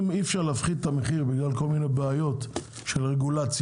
לכן אם אי אפשר להפחית את המחיר בגלל כל מיני בעיות של רגולציה,